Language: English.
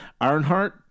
Ironheart